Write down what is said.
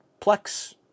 Plex